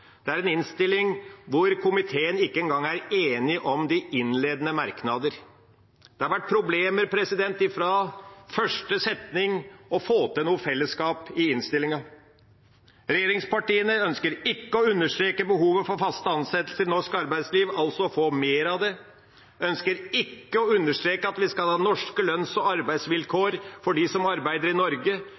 Det er en innstilling der komiteen ikke engang er enig om de innledende merknadene. Det har vært problemer fra første setning med å få til et fellesskap i innstillinga. Regjeringspartiene ønsker ikke å understreke behovet for faste ansettelser i norsk arbeidsliv, altså å få mer av det. De ønsker ikke å understreke at vi skal ha norske lønns- og arbeidsvilkår for dem som arbeider i Norge.